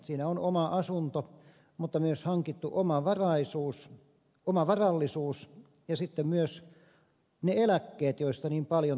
siinä on oma asunto mutta myös hankittu oma varallisuus ja sitten myös ne eläkkeet joista niin paljon täällä puhutaan